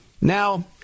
Now